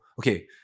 Okay